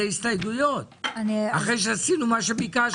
הסתייגויות אחרי שעשינו מה שביקשתם.